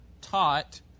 taught